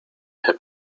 herr